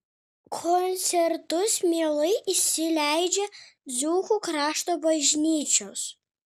koncertus mielai įsileidžia dzūkų krašto bažnyčios